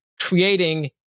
creating